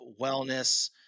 wellness